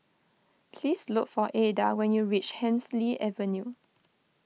please look for Aida when you reach Hemsley Avenue